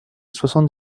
soixante